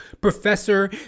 Professor